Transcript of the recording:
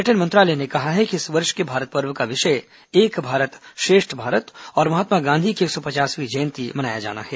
पर्यटन मंत्रालय ने कहा है कि इस वर्ष के भारत पर्व का विषय एक भारत श्रेष्ठ भारत और महात्मा गांधी की एक सौ पचासवीं जयंती मनाया जाना है